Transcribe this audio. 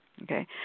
Okay